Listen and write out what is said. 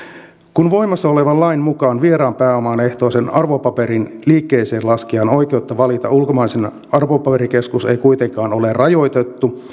kun voimassa olevan lain mukaan vieraan pääoman ehtoisen arvopaperin liikkeeseenlaskijan oikeutta valita ulkomainen arvopaperikeskus ei kuitenkaan ole rajoitettu